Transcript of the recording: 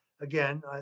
again